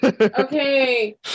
Okay